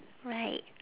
right